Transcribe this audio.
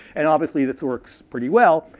and obviously, this works pretty well.